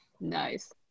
Nice